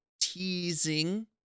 teasing